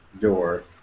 door